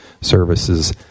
services